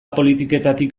politiketatik